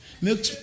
Milk